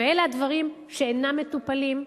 ואלה הדברים שאינם מטופלים.